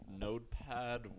notepad